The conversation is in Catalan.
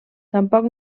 tampoc